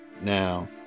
Now